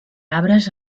arbres